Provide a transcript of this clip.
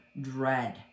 dread